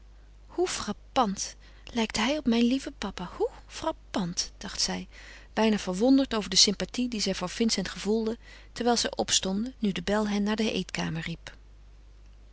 hoe frappant lijkt hij op mijn lieve papa hoe frappant dacht zij bijna verwonderd over de sympathie die zij voor vincent gevoelde terwijl zij opstonden nu de bel hen naar de eetkamer riep